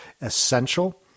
essential